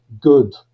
good